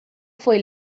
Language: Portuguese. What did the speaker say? foi